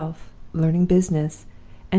learning business,